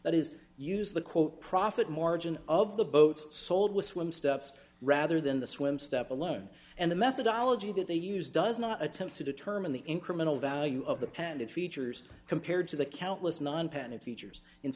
that is used the quote profit margin of the boats sold with swim steps rather than the swim step alone and the methodology that they use does not attempt to determine the incremental value of the pending features compared to the countless non patent features and